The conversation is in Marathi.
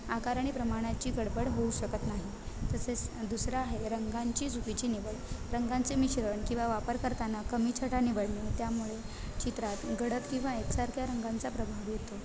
आकार आणि प्रमाणाची गडबड होऊ शकत नाही तसेच दुसरं आहे रंगांची चुकीची निवड रंगांचे मिश्रण किंवा वापर करताना कमी छटा निवडणे त्यामुळे चित्रात गडद किंवा एकसारख्या रंगांचा प्रभाव येतो